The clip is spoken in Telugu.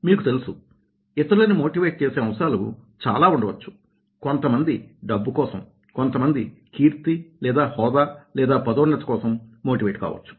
మీకు తెలుసు ఇతరులని మోటివేట్ చేసే అంశాలు చాలా ఉండవచ్చు కొంతమంది డబ్బు కోసం కొంతమంది కీర్తి లేదా హోదా లేదా పదోన్నతి కోసం మోటివేట్ కావచ్చు